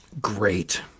Great